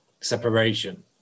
separation